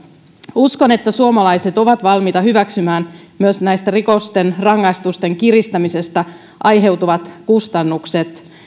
uskon että suomalaiset ovat valmiita hyväksymään myös näiden rikosten rangaistusten kiristämisestä aiheutuvat kustannukset